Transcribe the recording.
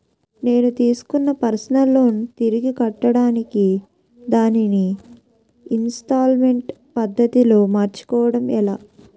నేను తిస్కున్న personal loan తిరిగి కట్టడానికి దానిని ఇంస్తాల్మేంట్ పద్ధతి లో మార్చుకోవడం ఎలా?